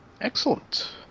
Excellent